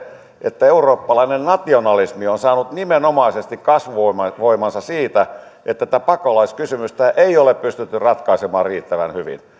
että eurooppalainen nationalismi on saanut nimenomaisesti kasvuvoimansa siitä että tätä pakolaiskysymystä ei ole pystytty ratkaisemaan riittävän hyvin